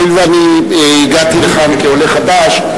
הואיל ואני הגעתי לכאן כעולה חדש,